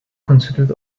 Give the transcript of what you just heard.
considered